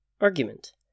Argument